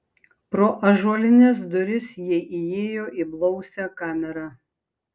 pro ąžuolines duris jie įėjo į blausią kamerą